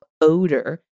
odor